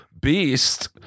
beast